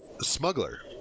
smuggler